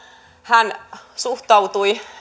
hän suhtautui